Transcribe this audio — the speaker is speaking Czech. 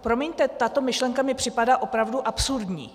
Promiňte, tato myšlenka mi připadá opravdu absurdní.